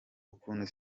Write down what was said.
ukuntu